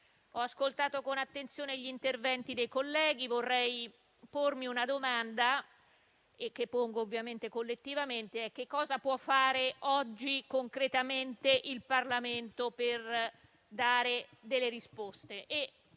Ho ascoltato con attenzione gli interventi dei colleghi. Vorrei pormi una domanda, che rivolgo collettivamente, ovvero che cosa può fare oggi concretamente il Parlamento per dare delle risposte.